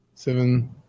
Seven